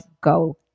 go